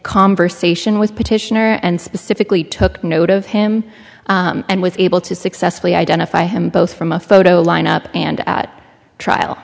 conversation with petitioner and specifically took note of him and was able to successfully identify him both from a photo lineup and at trial